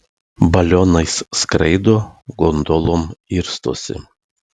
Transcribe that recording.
balionais skraido gondolom irstosi